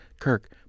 Kirk